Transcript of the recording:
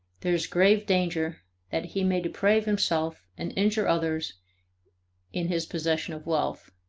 there is grave danger that he may deprave himself and injure others in his possession of wealth.